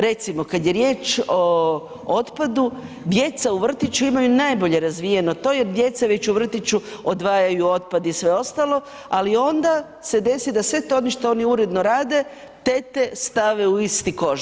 Recimo, kad je riječ o otpadu, djeca u vrtiću imaju najbolje razvijeno to jer djeca već u vrtiću odvajaju otpad i sve ostalo, ali onda se desi da sve to što oni uredno rade, tete stave u isti koš.